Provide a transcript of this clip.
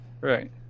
Right